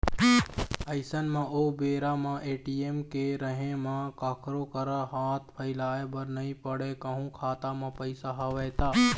अइसन म ओ बेरा म ए.टी.एम के रहें म कखरो करा हाथ फइलाय बर नइ पड़य कहूँ खाता म पइसा हवय त